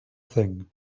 thing